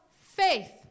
faith